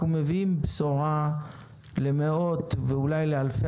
אנחנו מביאים בשורה למאות ואולי לאלפי